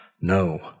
No